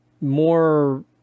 more